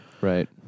Right